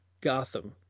Gotham